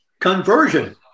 conversion